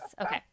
Okay